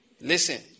Listen